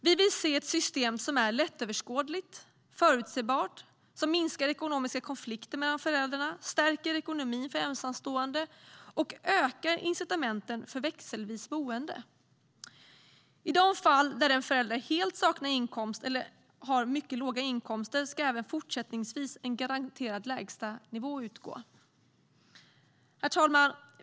Vi vill se ett system som är lättöverskådligt och förutsebart, minskar ekonomiska konflikter mellan föräldrarna, stärker ekonomin för ensamstående och ökar incitamenten för växelvis boende. I de fall där en förälder helt saknar inkomst eller har mycket låga inkomster ska även fortsättningsvis en garanterad lägstanivå utgå. Herr talman!